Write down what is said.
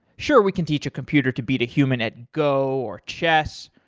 sure, we can teach a computer to beat a human at go, or chess,